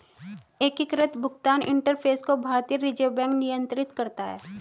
एकीकृत भुगतान इंटरफ़ेस को भारतीय रिजर्व बैंक नियंत्रित करता है